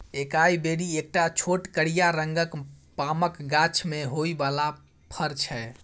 एकाइ बेरी एकटा छोट करिया रंगक पामक गाछ मे होइ बला फर छै